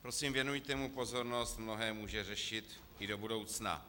Prosím, věnujte mu pozornost, mnohé může řešit i do budoucna.